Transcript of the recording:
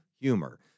humor